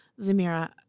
Zamira